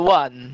one